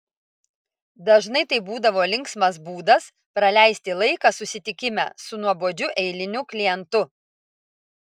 dažnai tai būdavo linksmas būdas praleisti laiką susitikime su nuobodžiu eiliniu klientu